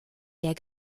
der